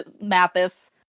Mathis